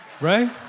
right